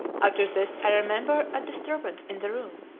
after this i remember a disturbance in the room,